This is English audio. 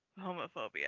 homophobia